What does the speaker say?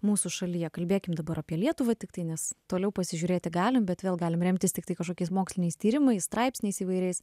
mūsų šalyje kalbėkime dabar apie lietuvą tiktai nes toliau pasižiūrėti galime bet vėl galime remtis tiktai kažkokiais moksliniais tyrimais straipsniais įvairiais